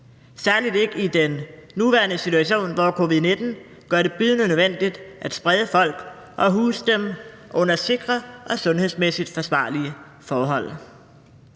særlig ikke i den nuværende situation, hvor covid-19 gør det bydende nødvendigt at sprede folk og huse dem under sikre og sundhedsmæssigt forsvarlige forhold.